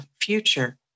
future